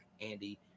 Andy